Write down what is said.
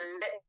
let